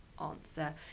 answer